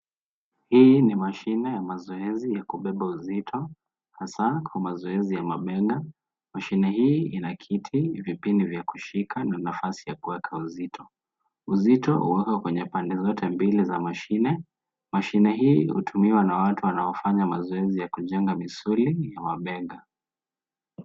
Hii ni mashini ya mazoezi ya kubeba uzito hasa kwa mazoezi ya mabega. Mashini hii ina kiti, vipini vya kushika na nafasi ya kuweka uzito. Uzito huwekwa kwenye pande zote mbili za mashine. Mashine hii hutumiwa na watu wanaofanya mazoezi ya kujenga misuli ya mabega.